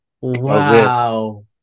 Wow